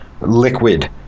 liquid